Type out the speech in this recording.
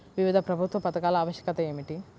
వివిధ ప్రభుత్వ పథకాల ఆవశ్యకత ఏమిటీ?